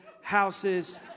houses